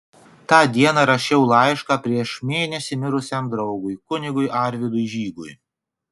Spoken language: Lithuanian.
tą dieną rašiau laišką prieš mėnesį mirusiam draugui kunigui arvydui žygui